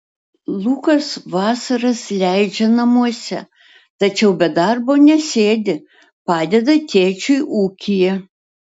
lukas vasaras leidžia namuose tačiau be darbo nesėdi padeda tėčiui ūkyje